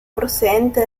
procedente